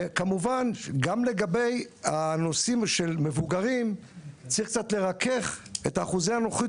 גם לגבי הנושא של מבוגרים צריך קצת לרכך את אחוזי הנכות